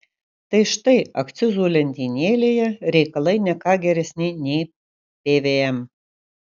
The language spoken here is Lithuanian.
tai štai akcizų lentynėlėje reikalai ne ką geresni nei pvm